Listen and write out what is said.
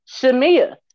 Shamia